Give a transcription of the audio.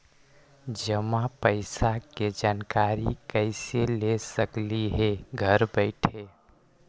जमा पैसे के जानकारी कैसे ले सकली हे घर बैठे?